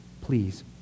Please